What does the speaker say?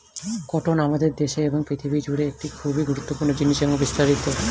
cotton আমাদের দেশে এবং পৃথিবী জুড়ে একটি খুবই গুরুত্বপূর্ণ জিনিস এবং বিস্তারিত